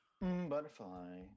butterfly